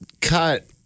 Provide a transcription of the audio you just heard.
cut